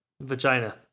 Vagina